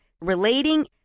relating